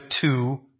two